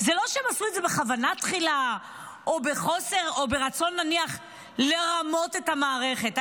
עשו את זה בכוונה תחילה או נניח ברצון לרמות את המערכת.